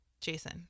Jason